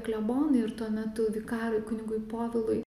klebonui ir tuo metu vikarui kunigui povilui